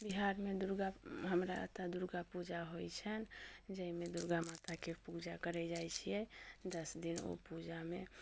बिहारमे दुर्गा हमरा अतऽ दुर्गापूजा होइ छनि जइमे दुर्गा माताके पूजा करै जाइ छियै दस दिन ओ पूजामे